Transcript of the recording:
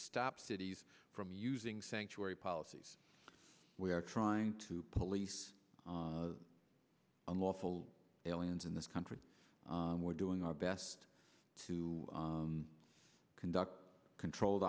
stop cities from using sanctuary policies we are trying to police unlawful aliens in this country and we're doing our best to conduct controlled